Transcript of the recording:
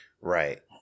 Right